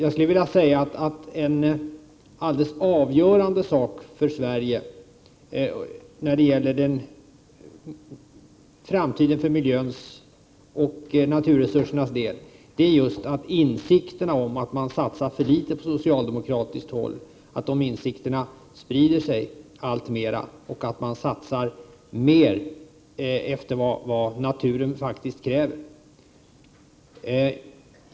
Det är av avgörande betydelse för Sveriges framtida miljö och naturresurser att insikten om att socialdemokraterna har satsat för litet sprider sig alltmer och att man måste satsa mer efter vad naturen faktiskt kräver.